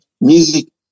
music